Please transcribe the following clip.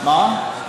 מה?